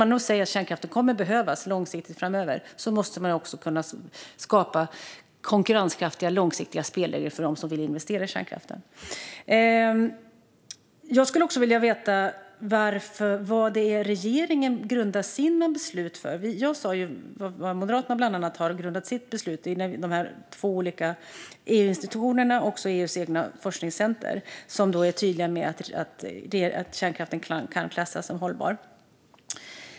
Man säger att kärnkraften kommer att behövas långsiktigt framöver - då måste man också kunna skapa konkurrenskraftiga, långsiktiga spelregler för dem som vill investera i kärnkraften. Jag skulle också vilja veta vad det är regeringen grundar sina beslut på. Jag sa ju vad Moderaterna har grundat sitt beslut på - bland annat att två olika EU-institutioner och EU:s eget forskningscentrum är tydliga med att kärnkraften kan klassas som hållbar.